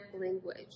language